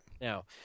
Now